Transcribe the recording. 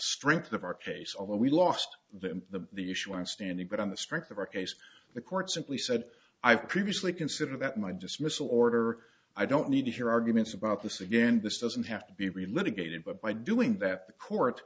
strength of our case although we lost the the issue in standing but on the strength of our case the court simply said i've previously considered that my dismissal order i don't need to hear arguments about this again this doesn't have to be relived a gated but by doing that the court